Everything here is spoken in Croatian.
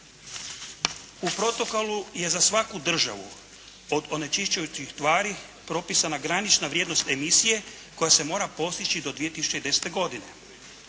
U protokolu je za svaku državu od onečišćujućih tvari propisana granična vrijednost emisije koja se mora postići do 2010. godine.